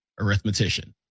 Arithmetician